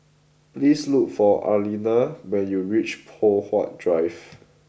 please look for Arlena when you reach Poh Huat Drive